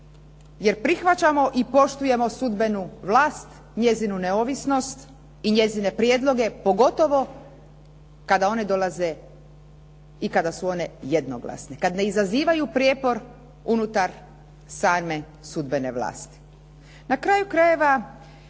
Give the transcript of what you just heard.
Jer prihvaćamo i poštujemo sudbenu vlast, njezinu neovisnost i njezine prijedloge pogotovo kada oni dolaze i kada su one jednoglasne, kad ne izazivaju prijepor unutar same sudbene vlasti.